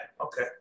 Okay